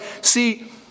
see